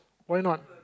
why not